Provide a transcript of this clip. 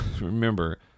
remember